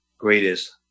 greatest